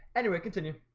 anyway continue,